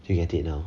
do you get it now